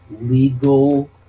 legal